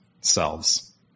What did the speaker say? selves